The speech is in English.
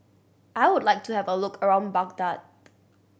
I would like to have a look around Baghdad